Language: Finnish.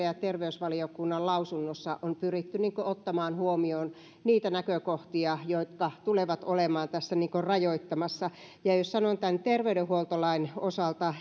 ja terveysvaliokunnan lausunnossa on pyritty ottamaan huomioon niitä näkökohtia jotka tulevat olemaan tässä rajoittamassa esimerkiksi terveydenhuoltolain osalta